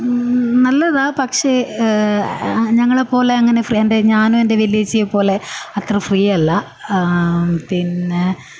നല്ലതാണ് പക്ഷേ ഞങ്ങളെപ്പോലെ അങ്ങനെ ഫ്രീ ഞാനും എൻ്റെ വലിയ ചേച്ചിയെപ്പോലെ അത്ര ഫ്രീ അല്ല ആ പിന്നെ